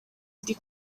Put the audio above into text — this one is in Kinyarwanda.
ndi